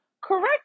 correct